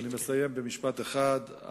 אני מסיים במשפט אחד.